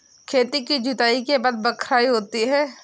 खेती की जुताई के बाद बख्राई होती हैं?